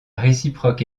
réciproque